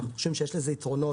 אנחנו חושבים שיש לזה יתרונות